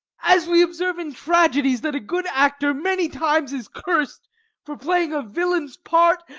as we observe in tragedies that a good actor many times is curs'd for playing a villain's part,